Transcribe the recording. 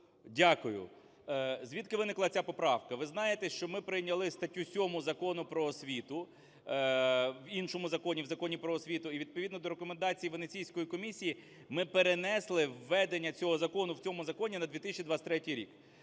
Дякую. Звідки виникла ця поправка? Ви знаєте, що ми прийняли статтю 7 Закону "Про освіту", в іншому законі, в Законі "Про освіту", і відповідно до рекомендацій Венеційської комісії ми перенесли введення цього закону в цьому законі на 2023 рік.